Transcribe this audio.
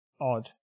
odd